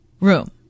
room